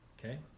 okay